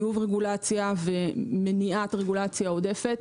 טיוב רגולציה ומניעת רגולציה עודפת.